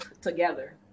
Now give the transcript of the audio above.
together